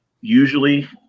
usually